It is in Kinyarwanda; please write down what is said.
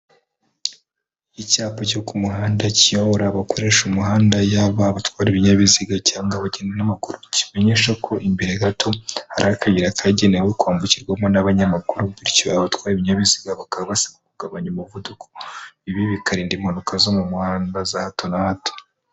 Icyapa cyo ku muhanda kiyobora abakoresha umuhanda yaba abatwara ibinyabiziga cyangwa abakene n'amakuru kimenyesha ko imbere gato hari akayi kagenewe kwambukirwamo n'abanyamakuru bityo abatwa ibinyabiziga bakaba basaba kugabanya umuvuduko bibi bikarinda impanuka zo mu muhanda za hato na hato.